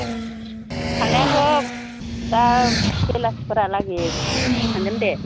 थांनायआथ' दा बेलासिफोरहालागै थांगोन दे